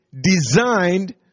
designed